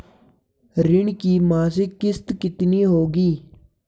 ऋण की मासिक किश्त क्या होगी?